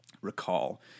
recall